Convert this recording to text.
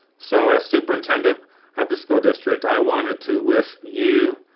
so, as superintendent of the school district, i wanted to wish you,